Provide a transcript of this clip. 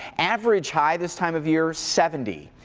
average high this time of year is seventy.